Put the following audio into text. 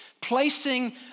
placing